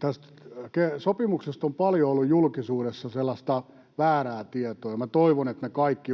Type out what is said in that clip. Tästä sopimuksesta on paljon ollut julkisuudessa sellaista väärää tietoa, ja toivon, että me kaikki,